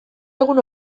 egun